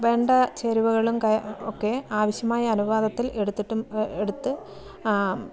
വേണ്ട ചേരുവകളും ക ഒക്കെ ആവശ്യമായ അനുപാതത്തിൽ എടുത്തിട്ട് എടുത്ത്